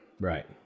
Right